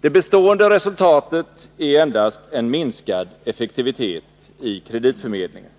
Det bestående resultatet är endast en minskad effektivitet i kreditförmedlingen.